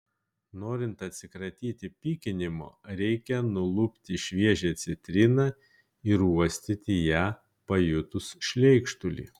norint atsikratyti pykinimo reikia nulupti šviežią citriną ir uostyti ją pajutus šleikštulį